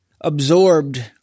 absorbed